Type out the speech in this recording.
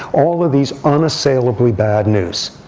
all of these unassailably bad news.